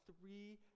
three